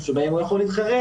שבהם הוא יכול להתחרט,